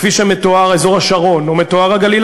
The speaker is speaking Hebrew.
כפי שמתואר אזור השרון או מתואר הגליל